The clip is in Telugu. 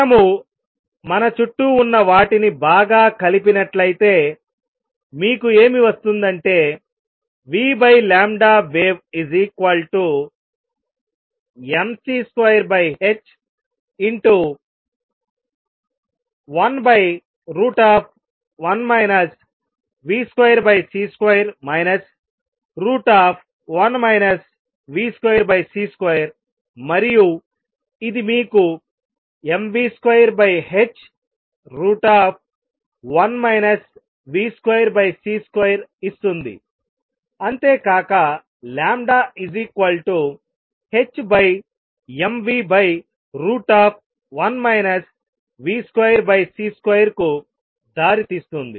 మనము మన చుట్టూ ఉన్న వాటిని బాగా కలిపినట్లయితే మీకు ఏమి వస్తుంది అంటే vwave mc2h11 v2c2 1 v2c2మరియు ఇది మీకు mv2h1 v2c2 ఇస్తుంది అంతేకాక λhmv1 v2c2కు దారితీస్తుంది